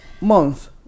month